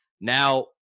now